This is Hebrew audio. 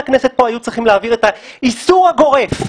הכנסת פה היו צריכים להעביר את האיסור הגוף,